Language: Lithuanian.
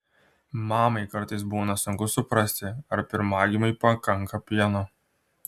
mamai kartais būna sunku suprasti ar pirmagimiui pakanka pieno